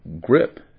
grip